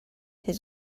his